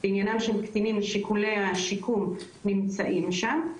ועניינם של קטינים משיקולי השיקום נמצאים שם.